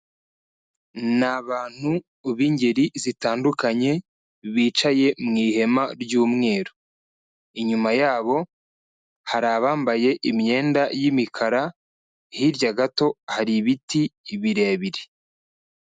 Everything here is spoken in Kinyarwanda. Ni abantu b'ingeri zitandukanye, bicaye mu ihema ry'umweru. Inyuma yabo, hari abambaye imyenda y'imikara, hirya gato hari ibiti birebire.